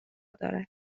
دارد